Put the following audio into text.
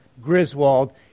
Griswold